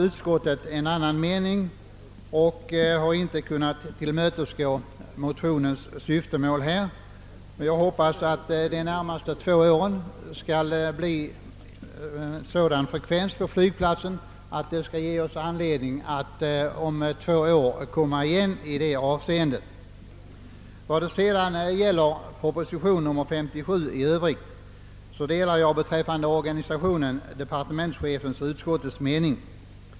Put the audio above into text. Utskottet har en annan mening och har i detta avseende inte kunnat tillmötesgå motionens önskemål. Jag hoppas att de närmaste två åren skall uppvisa en sådan resandefrekvens vid flygplatsen att det ger oss anledning att återkomma till detta ärende om två år. Vad gäller propositionen nr 57 i Öövrigt delar jag beträffande organisationen departementschefens och utskottets mening.